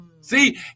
See